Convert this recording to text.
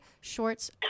Shorts